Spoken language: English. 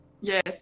Yes